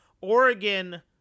Oregon